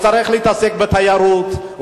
הוא צריך להתעסק בתיירות,